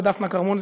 ודפנה כרמון,